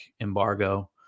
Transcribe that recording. embargo